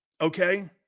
Okay